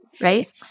right